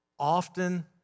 Often